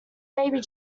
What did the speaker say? baby